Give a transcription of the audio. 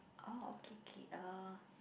orh okay K uh